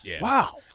Wow